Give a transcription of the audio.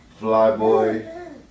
Flyboy